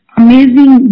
amazing